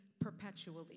perpetually